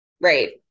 Right